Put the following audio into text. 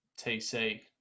TC